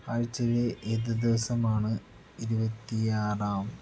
ആഴ്ചയിലെ ഏത് ദിവസമാണ് ഇരുപത്തിയാറാം